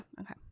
okay